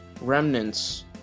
remnants